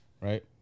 right